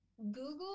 Google